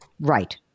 Right